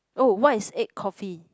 oh what is egg coffee